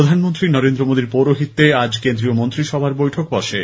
প্রধানমন্ত্রী নরেন্দ্র মোদীর পৌরোহিত্যে আজ কেন্দ্রীয় মন্ত্রিসভার বৈঠক বসে